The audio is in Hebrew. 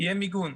יהיה מיגון.